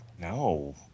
No